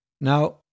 Now